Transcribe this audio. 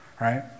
right